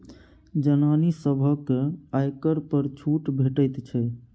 जनानी सभकेँ आयकर पर छूट भेटैत छै